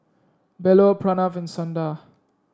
Bellur Pranav and Sundar